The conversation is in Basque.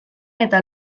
eta